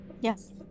Yes